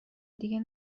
دیگه